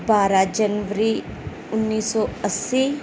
ਬਾਰਾਂ ਜਨਵਰੀ ਉੱਨੀ ਸੌ ਅੱਸੀ